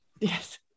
Yes